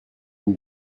une